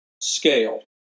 scale